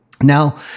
Now